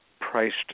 priced